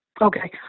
Okay